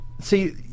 see